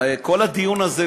כל הדיון הזה,